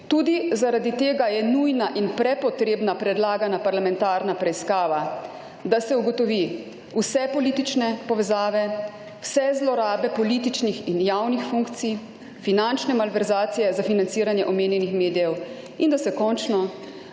tudi zaradi tega je nujna in prepotrebna predlagana parlamentarna preiskava. Da se ugotovi vse politične povezave, vse zlorabe političnih in javnih funkcij, finančne malverzacije za financiranje omenjenih medijev. In da se končno